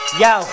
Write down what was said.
yo